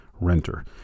renter